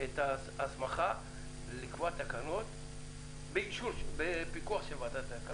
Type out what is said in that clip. ההסמכה לקבוע תקנות בפיקוח של ועדת הכלכלה.